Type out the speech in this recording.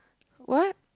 what